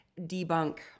debunk